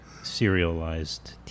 Serialized